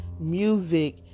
music